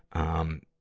um,